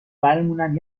برمونن